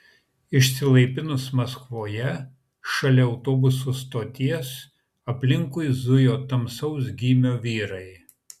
išsilaipinus maskvoje šalia autobusų stoties aplinkui zujo tamsaus gymio vyrai